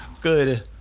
good